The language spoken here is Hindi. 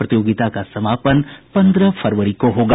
प्रतियोगिता का समापन पन्द्रह फरवरी को होगा